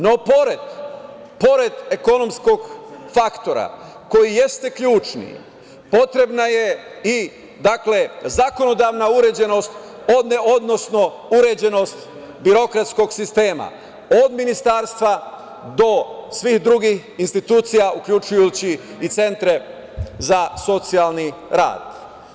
No, pored ekonomskog faktora, koji jeste ključni, potrebna je i zakonodavna uređenost, odnosno uređenost birokratskog sistema, od ministarstva do svih drugih institucija, uključujući i centre za socijalni rad.